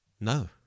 No